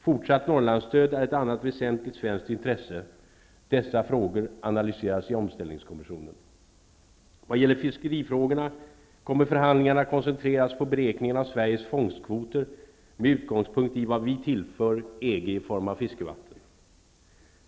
Fortsatt Norrlandsstöd är ett annat väsentligt svenskt intresse. Dessa frågor analyseras i omställningskommissionen. -- Vad gäller fiskerifrågorna kommer förhandlingarna att koncentreras på beräkningen av Sveriges fångstkvoter med utgångspunkt i vad vi tillför EG i form av fiskevatten.